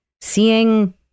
seeing